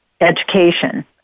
education